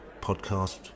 podcast